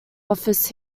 office